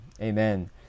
Amen